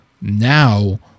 Now